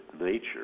nature